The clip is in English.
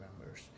members